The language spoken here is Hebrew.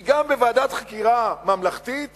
כי גם בוועדת חקירה ממלכתית